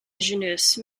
jeunesse